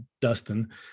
Dustin